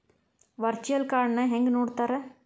Virtual ಕಾರ್ಡ್ನ ಹೆಂಗ್ ನೋಡ್ತಾರಾ?